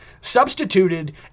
substituted